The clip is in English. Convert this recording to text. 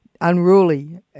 unruly